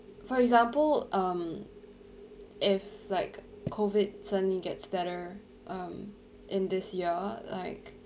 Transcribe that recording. for example um if like COVID suddenly gets better um in this year like